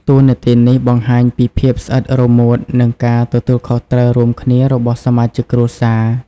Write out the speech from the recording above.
តួនាទីនេះបង្ហាញពីភាពស្អិតរមួត និងការទទួលខុសត្រូវរួមគ្នារបស់សមាជិកគ្រួសារ។